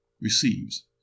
receives